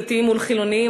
דתיים מול חילונים,